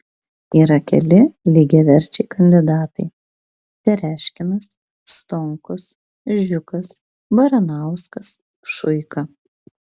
yra keli lygiaverčiai kandidatai tereškinas stonkus žiukas baranauskas šuika